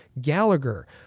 Gallagher